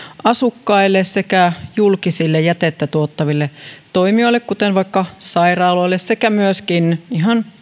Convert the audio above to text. asukkaisiin sekä julkisiin jätettä tuottaviin toimijoihin kuten vaikka sairaaloihin sekä myöskin ihan